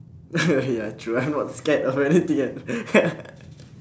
ya true I'm not scared of anything ya